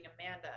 Amanda